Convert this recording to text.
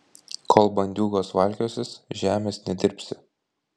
kol bandiūgos valkiosis žemės nedirbsi